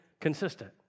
consistent